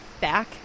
back